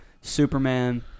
Superman